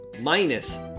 minus